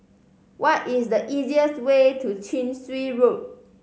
what is the easiest way to Chin Swee Road